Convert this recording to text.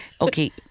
Okay